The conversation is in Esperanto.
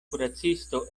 kuracisto